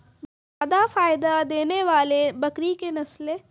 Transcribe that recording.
जादा फायदा देने वाले बकरी की नसले?